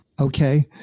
Okay